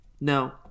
no